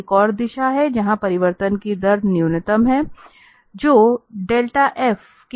एक और दिशा हैं जहाँ परिवर्तन की दर न्यूनतम है जोडेल्टा्टा f के विपरीत है